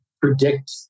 predict